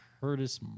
Curtis